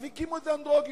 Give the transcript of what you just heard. אז הקימו איזה אנדרוגינוס.